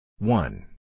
One